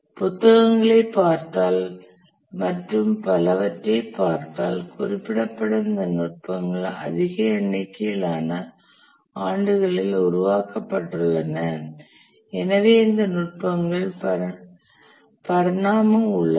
புத்தகங்களைப் பார்த்தால் மற்றும் பலவற்றைப் பார்த்தால் குறிப்பிடப்படும் இந்த நுட்பங்கள் அதிக எண்ணிக்கையிலான ஆண்டுகளில் உருவாக்கப்பட்டுள்ளன எனவே இந்த நுட்பங்களின் பரிணாமம் உள்ளது